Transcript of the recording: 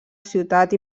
ciutat